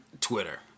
Twitter